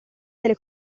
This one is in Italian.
delle